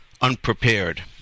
unprepared